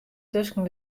tusken